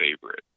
favorite